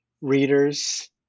readers